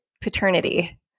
paternity